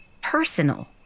personal